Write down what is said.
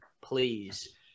please